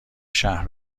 شهر